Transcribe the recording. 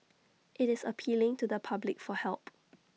IT is appealing to the public for help